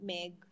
Meg